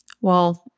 Well-